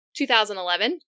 2011